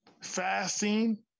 fasting